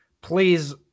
please